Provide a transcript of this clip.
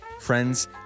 Friends